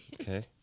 Okay